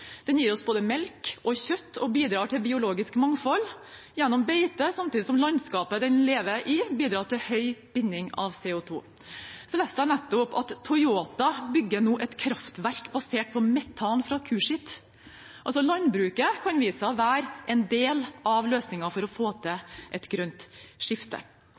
Den gir oss både melk og kjøtt og bidrar til biologisk mangfold gjennom beite, samtidig som landskapet den lever i, bidrar til høy binding av CO 2. Jeg leste nettopp at Toyota bygger et kraftverk basert på metan fra kuskitt. Landbruket kan vise seg å være en del av løsningen for å få til et grønt skifte.